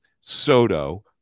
Soto